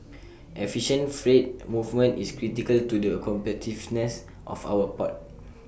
efficient freight movement is critical to the competitiveness of our port